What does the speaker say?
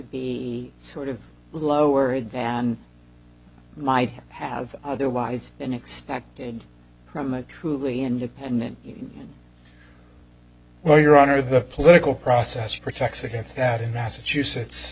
be sort of lower than might have otherwise been expected from a truly independent well your honor the political process protects against that in massachusetts